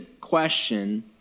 question